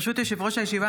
ברשות יושב-ראש הישיבה,